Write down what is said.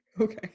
Okay